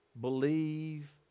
believe